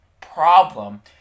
problem